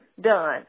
done